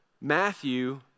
Matthew